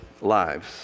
lives